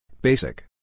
Basic